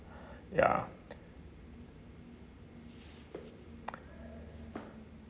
ya